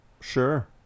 sure